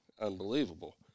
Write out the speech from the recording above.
unbelievable